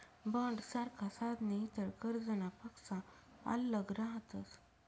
बॉण्डसारखा साधने इतर कर्जनापक्सा आल्लग रहातस